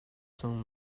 cang